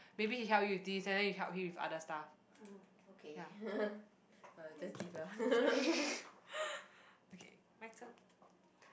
maybe he help you with this and then you help him with other stuff ya okay my turn